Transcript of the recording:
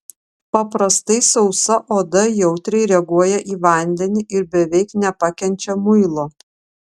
paprastai sausa oda jautriai reaguoja į vandenį ir beveik nepakenčia muilo